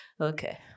Okay